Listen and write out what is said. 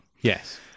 Yes